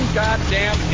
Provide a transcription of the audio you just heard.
goddamn